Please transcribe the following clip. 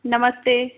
नमस्ते